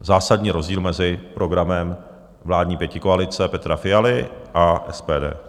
Zásadní rozdíl mezi programem vládní pětikoalice Petra Fialy a SPD.